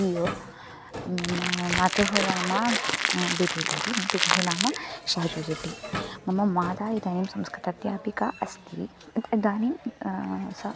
लियो मा मातुः नाम बिबिलिडि पितुः नाम शाजुरिटि मम माता इदानीं संस्कृत अध्यापिका अस्ति इदानीं सा